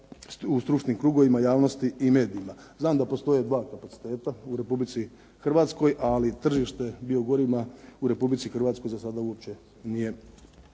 u stručnim krugovima javnosti i medijima. Znam da postoje 2 kapaciteta u Republici Hrvatskoj, ali tržište biogorivima u Republici Hrvatskoj za sada uopće nije